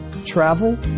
travel